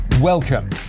Welcome